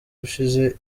ushize